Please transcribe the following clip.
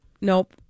Nope